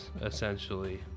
essentially